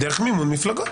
דרך מימון מפלגות,